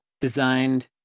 designed